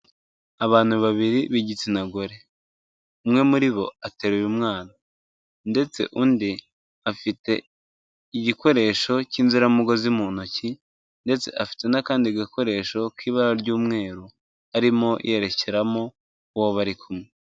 Abantu babiri b'igitsina gore umwe muri bo atera uyu mwana ndetse undi afite igikoresho cy'inziramugozi mu ntoki ndetse afite n'akandi gakoresho k'ibara ry'umweru arimo yerekeramo uwo bari kumwe.